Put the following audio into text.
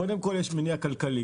קודם כל יש מניע כלכלי.